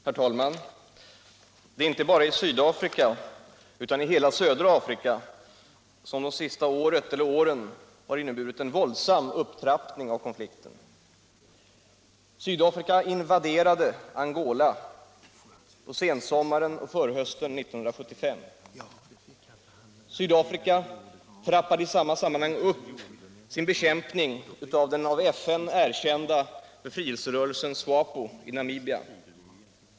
Herr talman! Det är inte bara i Sydafrika utan i hela södra Afrika som de senaste åren har inneburit en våldsam upptrappning av konflikten. Sydafrika invaderade Angola på sensommaren och förhösten 1975. Sydafrika trappade i samma sammanhang upp sin bekämpning av den av FN erkända befrielserörelsen SWAPO i Namibia.